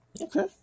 Okay